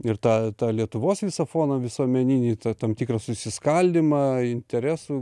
ir tą lietuvos visą foną visuomeninį tą tam tikrą susiskaldymą interesų